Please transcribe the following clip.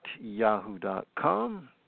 yahoo.com